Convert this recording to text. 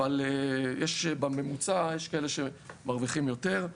אבל בממוצע יש כאלה שמרוויחים יותר.